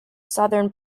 southern